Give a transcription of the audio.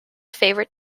favourite